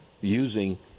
using